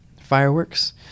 fireworks